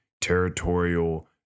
territorial